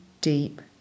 deep